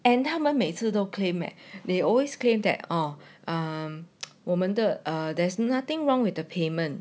and 他们每次都 claim that they always claimed that all 我们的 err there's nothing wrong with the payment